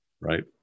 right